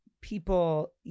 people